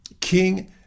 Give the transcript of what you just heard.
king